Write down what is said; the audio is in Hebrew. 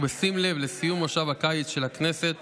ובשים לב לסיום מושב הקיץ של הכנסת